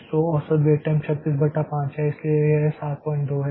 तो औसत wait time 36 बटा 5 है इसलिए यह 72 है